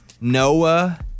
Noah